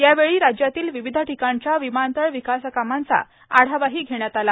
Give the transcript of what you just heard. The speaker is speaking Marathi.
यावेळी राज्यातील विविध ठिकाणच्या विमानतळ विकासकामांचा आढावा घेण्यात आला